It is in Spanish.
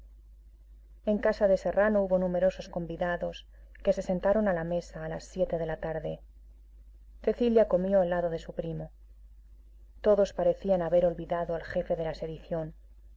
en casa de serrano hubo numerosos convidados que se sentaron a la mesa a las siete de la tarde cecilia comió al lado de su primo todos parecían haber olvidado al jefe de la sedición